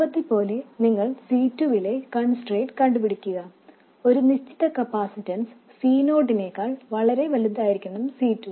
മുമ്പത്തേപോലെ നിങ്ങൾ C2 വിലെ constraint കണ്ടുപിടിക്കുക ഒരു നിശ്ചിത കപ്പാസിറ്റൻസ് C നോട്ടിനേക്കാൾ വളരെ വലുതായിരിക്കണം C2